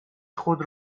خود